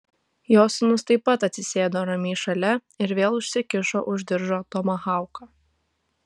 jo sūnus taip pat atsisėdo ramiai šalia ir vėl užsikišo už diržo tomahauką